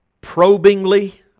probingly